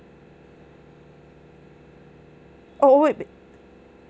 oh oh wait wait